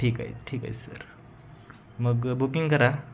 ठीक आहे ठीक आहे सर मग बुकिंग करा